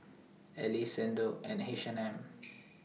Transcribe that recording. Elle Xndo and H and M